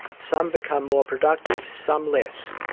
some become more productive, some less,